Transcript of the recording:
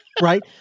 right